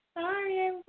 Sorry